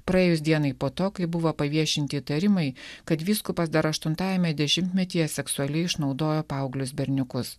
praėjus dienai po to kai buvo paviešinti įtarimai kad vyskupas dar aštuntajame dešimtmetyje seksualiai išnaudojo paauglius berniukus